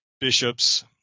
bishops